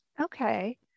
Okay